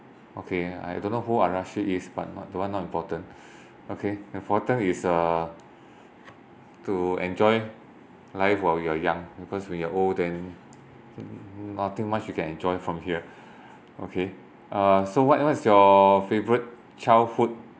okay I don't know who uh is but that one not important okay important is uh to enjoy life while you are young because when you are old then nothing much you can enjoy from here okay uh so what what's your favourite childhood